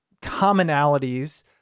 commonalities